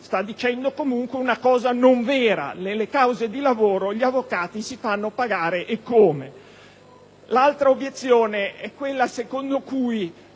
stia dicendo una cosa non vera. Nelle cause di lavoro gli avvocati si fanno pagare eccome. L'altra obiezione è quella secondo cui,